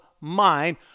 mind